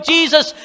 Jesus